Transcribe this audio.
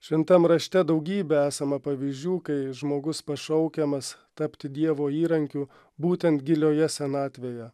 šventam rašte daugybė esama pavyzdžių kai žmogus pašaukiamas tapti dievo įrankiu būtent gilioje senatvėje